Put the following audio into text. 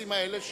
לנושאים האלה,